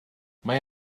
mae